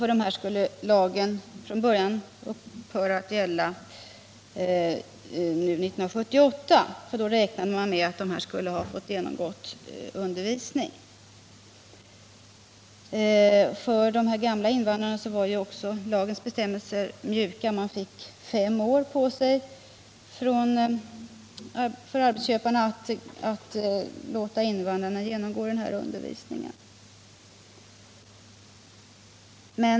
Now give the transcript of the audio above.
För dem skulle lagen upphöra att gälla år 1978 — man hade räknat med att de då skulle ha hunnit genomgå undervisning i svenska språket. För de gamla invandrarna var också lagens bestämmelser mjukare: arbetsköparna fick fem år på sig att låta invandrarna genomgå sådan undervisning.